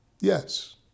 Yes